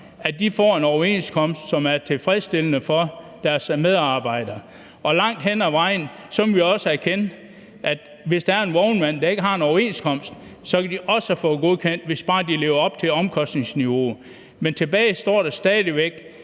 at de får en overenskomst, som er tilfredsstillende for deres medarbejdere. Og langt hen ad vejen må vi også erkende, at hvis der er en vognmand, der ikke har en overenskomst, ville de også have fået det godkendt, hvis bare de lever op til omkostningsniveauet. Men tilbage står stadig væk,